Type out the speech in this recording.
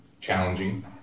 challenging